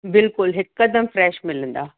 बिल्कुलु हिकदमि फ़्रैश मिलंदा